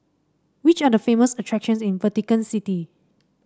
which are the famous attractions in Vatican City